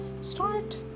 start